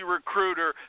Recruiter